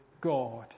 God